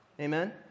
Amen